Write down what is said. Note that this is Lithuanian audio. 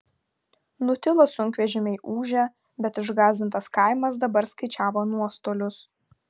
nutilo sunkvežimiai ūžę bet išgąsdintas kaimas dabar skaičiavo nuostolius